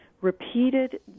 repeated